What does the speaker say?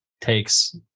takes